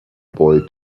boy